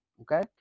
Okay